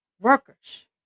workers